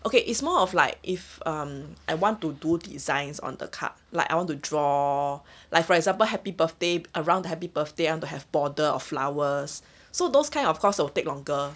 okay it's more of like if um I want to do designs on the cup like I want to draw like for example happy birthday around the happy birthday and to have border of flowers so those kind of course I will take longer